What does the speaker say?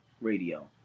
Radio